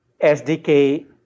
SDK